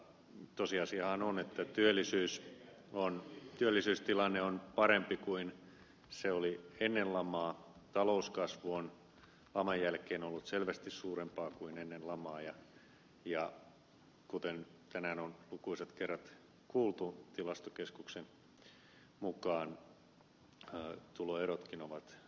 tosiasiahan on että työllisyystilanne on parempi kuin se oli ennen lamaa talouskasvu on laman jälkeen ollut selvästi suurempaa kuin ennen lamaa ja kuten tänään on lukuisat kerrat kuultu tilastokeskuksen mukaan tuloerotkin ovat supistuneet